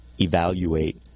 evaluate